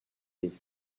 these